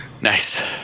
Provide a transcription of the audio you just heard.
nice